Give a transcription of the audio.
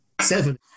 Seven